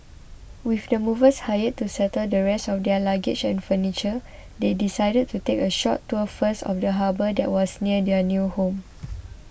with the movers hired to settle the rest of their luggage and furniture they decided to take a short tour first of the harbour that was near their new home